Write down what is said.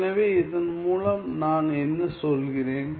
எனவே இதன் மூலம் நான் என்ன சொல்கிறேன்